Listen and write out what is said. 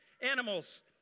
animals